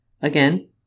Again